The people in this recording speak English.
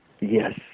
Yes